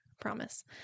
Promise